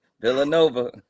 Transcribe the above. Villanova